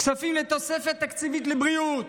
הכספים לתוספת תקציבית לבריאות,